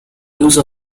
use